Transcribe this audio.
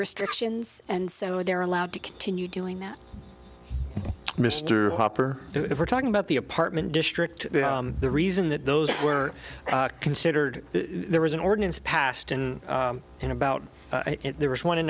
restrictions and so they're allowed to continue doing that mr hopper if we're talking about the apartment district the reason that those were considered there was an ordinance passed in and about it there was one in